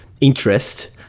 interest